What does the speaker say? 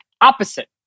opposite